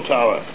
Tower